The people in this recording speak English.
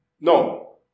no